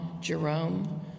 Jerome